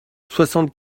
soixante